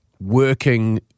working